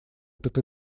этот